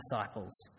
disciples